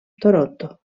toronto